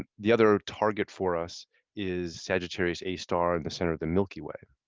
and the other target for us is sagittarius a star in the center of the milky way.